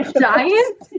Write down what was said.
giant